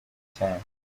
cyane